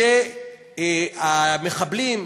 המחבלים,